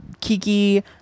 Kiki